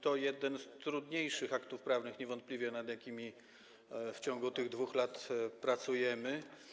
To jeden z trudniejszych aktów prawnych niewątpliwie, nad jakimi w ciągu tych 2 lat pracujemy.